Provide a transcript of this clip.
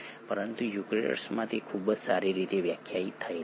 પરંતુ યુકેરીયોટ્સમાં તે ખૂબ જ સારી રીતે વ્યાખ્યાયિત થયેલ છે